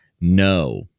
No